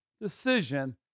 decision